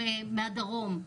מהדרום,